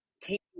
take